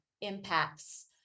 impacts